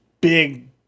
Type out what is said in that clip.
big